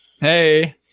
Hey